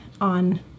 on